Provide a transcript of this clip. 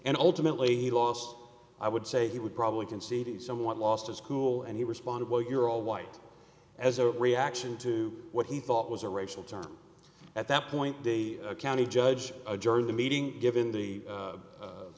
and ultimately he lost i would say he would probably conceded somewhat lost his cool and he responded well you're all white as a reaction to what he thought was a racial term at that point they county judge adjourned the meeting given the